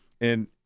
And-